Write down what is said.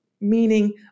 meaning